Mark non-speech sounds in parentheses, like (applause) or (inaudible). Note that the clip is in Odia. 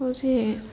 (unintelligible) ସେ